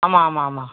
ஆமாம் ஆமாம் ஆமாம்